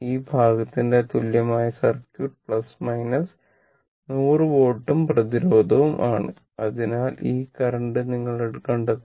ഈ ഭാഗത്തിന്റെ തുല്യമായ സർക്യൂട്ട് 100 വോൾട്ടും പ്രതിരോധവും ആണ് അതിനാൽ ഈ കറന്റ് നിങ്ങൾ കണ്ടെത്തുന്നു